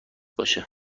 باشه